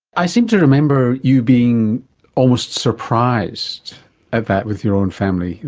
i seem to remember you being almost surprised at that with your own family.